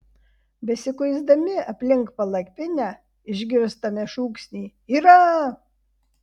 besikuisdami aplink palapinę išgirstame šūksnį yra